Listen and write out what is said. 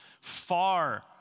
far